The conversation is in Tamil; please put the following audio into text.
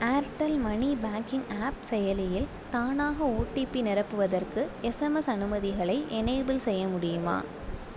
ஆர்டெல் மணி பேங்கிங் ஆப் செயலியில் தானாக ஓடிபி நிரப்புவதற்கு எஸ்எம்எஸ் அனுமதிகளை எனேபிள் செய்ய முடியுமா